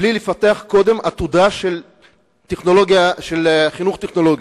בלי לפתח קודם עתודה של חינוך טכנולוגי?